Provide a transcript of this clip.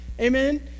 amen